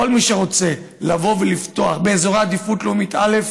כל מי שרוצה לבוא ולפתוח מפעלים באזורי עדיפות לאומית א',